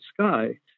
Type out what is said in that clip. sky